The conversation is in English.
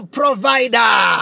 provider